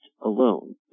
alone